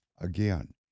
Again